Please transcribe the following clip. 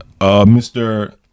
Mr